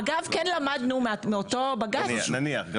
נניח.